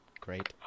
Great